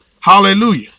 Hallelujah